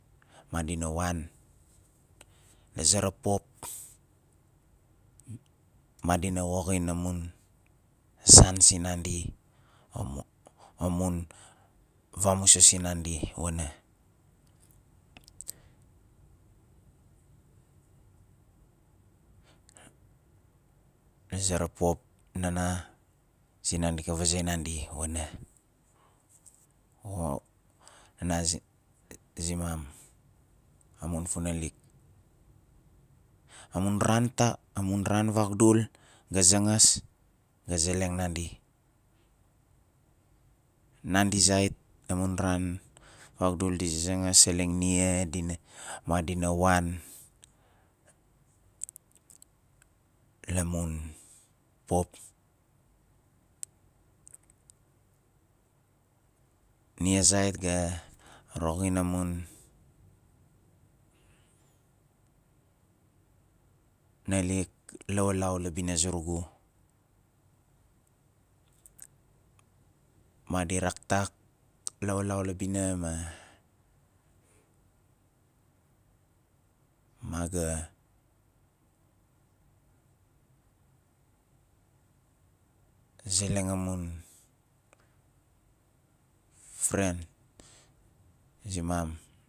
Madina wan la zera pop madina woxin amun san sindandi amo- amun vamusas sindandi wana a zera pop nana sindandi ka vaze nandi wana nana zi- zi mam amun funalik amun ran ta- amun ran vagdul ga zangas ga zeleng nandi nandi zait amun ran vagdul di zazangas seleng nia diva madina wan la mun pop nia zait ga roxin amun nalik lawalau la bina zurugu madi raktak lawalau la bina ma ma ga zeleng amun freind zimam